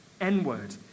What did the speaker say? n-word